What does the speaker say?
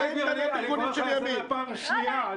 בן גביר, אני קורא לך לסדר פעם שנייה.